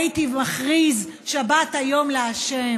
הייתי מכריז ואומר שבת היום לה'",